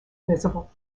visible